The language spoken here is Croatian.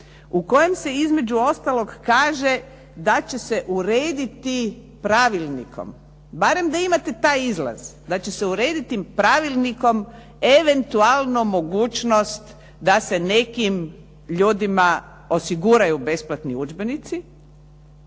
u kojem se između ostalog kaže da će se urediti pravilnikom, barem da imate taj izlaz, da će se urediti pravilnikom eventualno mogućnost da se nekim ljudima osiguraju besplatni udžbenici,